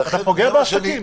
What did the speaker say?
אתה פוגע בעסקים.